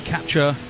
Capture